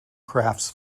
crafts